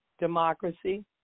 democracy